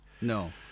No